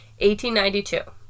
1892